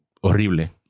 horrible